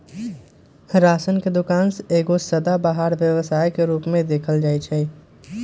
ration के दोकान एगो सदाबहार व्यवसाय के रूप में देखल जाइ छइ